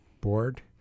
board